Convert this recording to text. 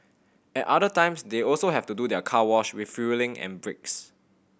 at other times they also have to do their car wash refuelling and breaks